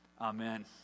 Amen